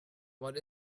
what